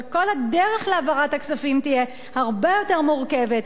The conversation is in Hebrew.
אבל כל הדרך להעברת הכספים תהיה הרבה יותר מורכבת,